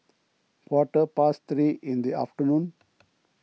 quarter past three in the afternoon